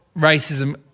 racism